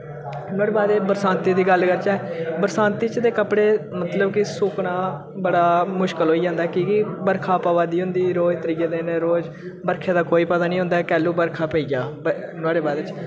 नोहाड़े बाद एह् बरसांती दी गल्ल करचै बरसांती च ते कपड़े मतलब कि सुक्कना बड़ा मुश्कल होई जंदा कि के बरखा पवै दी होंदी रोज त्रिये दिन रोज बरखे दा कोई पता नी होंदा कैलू बरखा पेई जा नोहाड़े बारै च